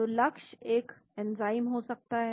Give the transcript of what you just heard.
तो लक्ष्य एक एंजाइम हो सकता है